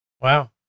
Wow